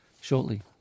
shortly